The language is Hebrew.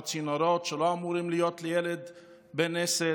צינורות שלא אמורים להיות לילד בן עשר.